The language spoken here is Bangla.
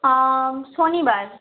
শনিবার